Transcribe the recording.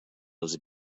als